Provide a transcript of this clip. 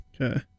Okay